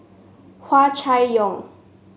Hua Chai Yong